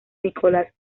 nicolás